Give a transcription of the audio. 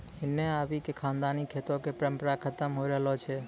हिन्ने आबि क खानदानी खेतो कॅ परम्परा खतम होय रहलो छै